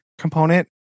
component